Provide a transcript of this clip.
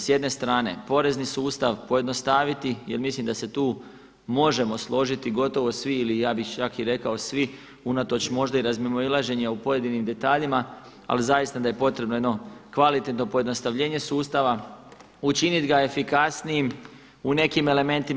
S jedne strane porezni sustav pojednostaviti jer mislim da se tu možemo složiti gotovo svi ili ja bih čak i rekao svi unatoč možda i razmimoilaženja u pojedinim detaljima, ali zaista da je potrebno jedno kvalitetno pojednostavljenje sustava, učiniti ga efikasnijim u nekim elementima.